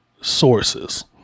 sources